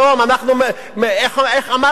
איך אמר לי אחד,